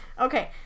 Okay